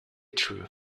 true